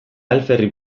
alferrik